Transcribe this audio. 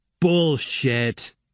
Bullshit